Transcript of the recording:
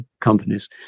companies